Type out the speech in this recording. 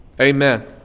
Amen